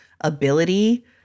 ability